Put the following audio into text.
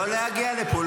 לא להגיע לפה.